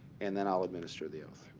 and then i'll administer the oath.